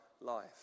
life